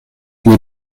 pli